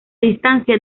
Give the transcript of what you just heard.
distancia